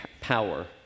power